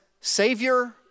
Savior